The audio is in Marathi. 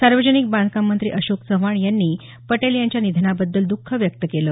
सार्वजनिक बांधकाम मंत्री अशोक चव्हाण यांनी पटेल यांच्या निधनाबद्दल दख व्यक्त केलं